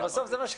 התודות.